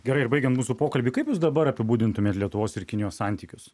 gerai ir baigiant mūsų pokalbį kaip jūs dabar apibūdintumėte lietuvos ir kinijos santykius